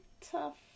tough